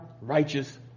righteous